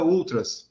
Ultras